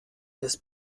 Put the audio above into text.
des